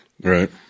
Right